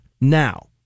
Now